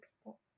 people